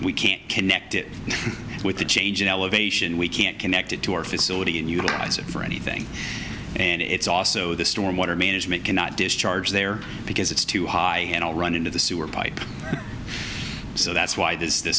we can't connect it with a change in elevation we can't connect it to our facility and utilize it for anything and it's also the storm water management cannot discharge there because it's too high and all run into the sewer pipe so that's why the